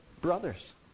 brothers